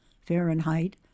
Fahrenheit